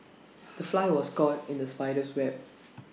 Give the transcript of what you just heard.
the fly was caught in the spider's web